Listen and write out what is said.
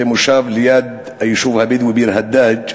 זה מושב ליד היישוב הבדואי ביר-הדאג'